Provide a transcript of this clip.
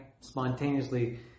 spontaneously